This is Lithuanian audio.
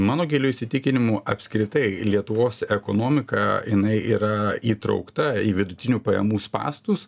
mano giliu įsitikinimu apskritai lietuvos ekonomika jinai yra įtraukta į vidutinių pajamų spąstus